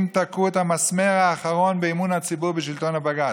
תקעו את המסמר האחרון באמון הציבור בשלטון הבג"ץ.